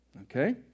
Okay